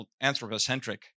anthropocentric